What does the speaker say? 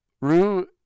Rue